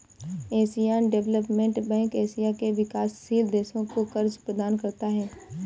Asian Development Bank Asia के विकासशील देशों को कर्ज प्रदान करता है